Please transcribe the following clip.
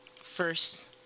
First